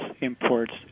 imports